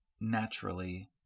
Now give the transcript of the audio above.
naturally